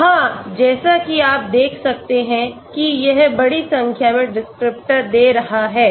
हाँ जैसा कि आप देख सकते हैं कि यह बड़ी संख्या में डिस्क्रिप्टर दे रहा है